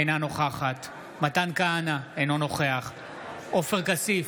אינה נוכחת מתן כהנא, אינו נוכח עופר כסיף,